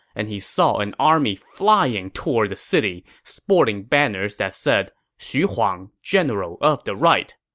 and he saw an army flying toward the city, sporting banners that said, xu huang, general of the right.